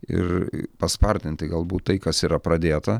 ir paspartinti galbūt tai kas yra pradėta